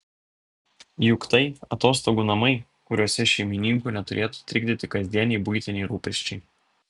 juk tai atostogų namai kuriuose šeimininkų neturėtų trikdyti kasdieniai buitiniai rūpesčiai